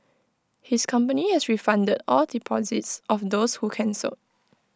his company has refunded all deposits of those who cancelled